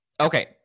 Okay